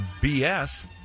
BS